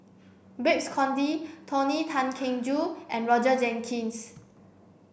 Babes Conde Tony Tan Keng Joo and Roger Jenkins